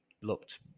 looked